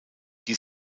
die